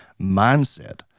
mindset